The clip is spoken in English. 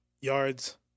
yards